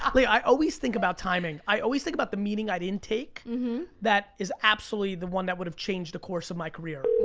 i always think about timing. i always think about the meeting i didn't take that is absolutely the one that would have changed the course of my career.